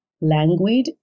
languid